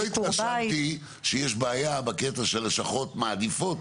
לא התרשמתי שיש בעיה בקטע שלשכות מעדיפות